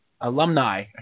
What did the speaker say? Alumni